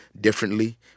differently